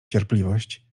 cierpliwość